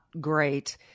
great